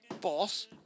Boss